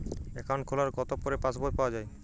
Account খোলার কতো পরে পাস বই পাওয়া য়ায়?